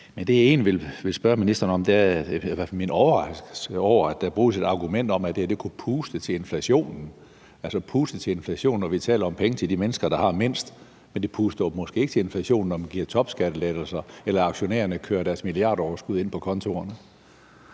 Det, jeg egentlig vil spørge ministeren om, er min overraskelse over, at der bruges et argument om, at det her kunne puste til inflationen – altså puste til inflationen, når vi taler om penge til de mennesker, der har mindst, men det puster måske ikke til inflationen, når man giver topskattelettelser, eller når aktionærerne kører deres milliardoverskud ind på kontoerne?